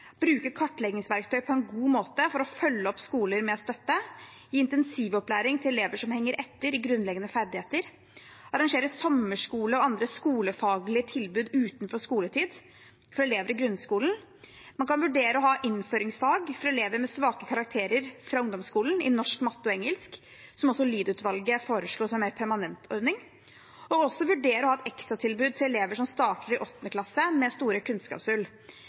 bruke kartleggingsverktøy på en god måte for å følge opp skoler med støtte, gi intensivopplæring til elever som henger etter i grunnleggende ferdigheter, og arrangere sommerskole og andre skolefaglige tilbud utenfor skoletid for elever i grunnskolen. Man kan også vurdere å ha innføringsfag for elever med svake karakterer fra ungdomsskolen i norsk, matte og engelsk, som også Lied-utvalget foreslo som en mer permanent ordning, og å ha et ekstratilbud til elever som starter i 8. klasse med store kunnskapshull.